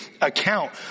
account